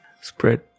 spread